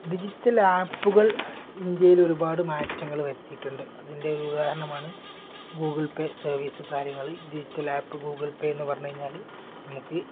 digital ആപ്പുകൾ ഇന്ത്യയിൽ ഒരുപാട് മാറ്റങ്ങൾ വരുത്തിയിട്ടുണ്ട് അതിൻ്റെ ഒരു ഉദാഹരണമാണ് ഗൂഗിൾ പേ സർവീസ് കാര്യങ്ങൾ ഡിജിറ്റൽ ആപ്പ് ഗൂഗിൾ പേ എന്നു പറഞ്ഞു കഴിഞ്ഞാൽ നമുക്ക്